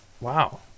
Wow